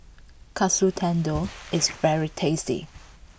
Katsu Tendon is very tasty